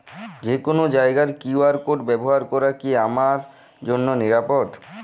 যে কোনো জায়গার কিউ.আর কোড ব্যবহার করা কি আমার জন্য নিরাপদ?